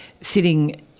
sitting